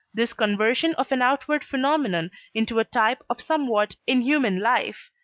this conversion of an outward phenomenon into a type of somewhat in human life,